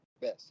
best